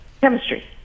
Chemistry